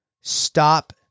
Stop